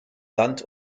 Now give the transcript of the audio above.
land